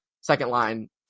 second-line